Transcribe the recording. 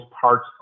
parts